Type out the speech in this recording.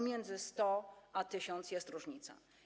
Między 100 a 1000 jest różnica.